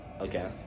Okay